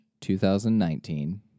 2019